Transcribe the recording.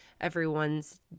everyone's